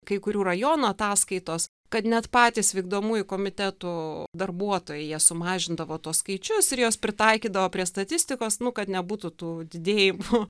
kai kurių rajonų ataskaitos kad net patys vykdomųjų komitetų darbuotojai jie sumažindavo tuos skaičius ir juos pritaikydavo prie statistikos nu kad nebūtų tų didėjimų